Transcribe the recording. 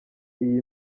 iyi